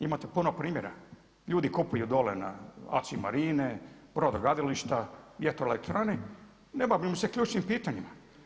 Imate puno primjer, ljudi kupuju dalje na ACI Marine, brodogradilišta, vjetroelektrane, ne bavim se ključnim pitanjima.